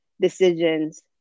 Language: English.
decisions